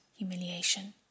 humiliation